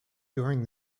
during